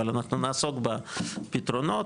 אנחנו נעסוק בפתרונות,